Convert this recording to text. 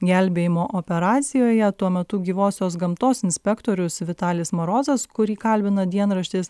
gelbėjimo operacijoje tuo metu gyvosios gamtos inspektorius vitalis marozas kurį kalbina dienraštis